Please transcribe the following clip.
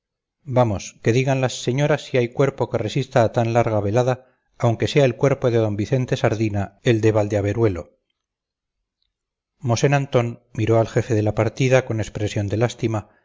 vamos que digan las señoras si hay cuerpo que resista a tan larga velada aunque sea el cuerpo de d vicente sardina el de valdeaberuelo mosén antón miró al jefe de la partida con expresión de lástima